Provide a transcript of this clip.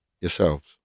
yourselves